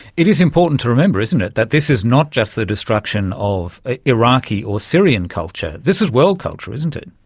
it is important to remember, isn't it, that this is not just the destruction of ah iraqi or syrian culture, this is world culture, isn't it.